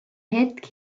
hetk